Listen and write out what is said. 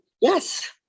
yes